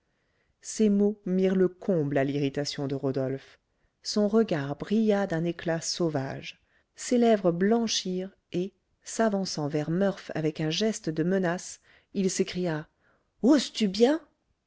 ces mots mirent le comble à l'irritation de rodolphe son regard brilla d'un éclat sauvage ses lèvres blanchirent et s'avançant vers murph avec un geste de menace il s'écria oses-tu bien